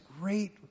great